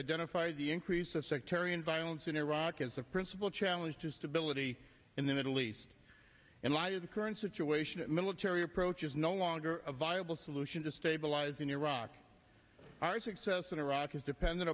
identified the increase of sectarian violence in iraq as a principal challenge to stability in the middle east in light of the current situation a military approach is no longer a viable solution to stabilizing iraq our success in iraq is dependent